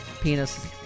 penis